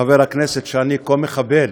חבר הכנסת שאני כה מכבד,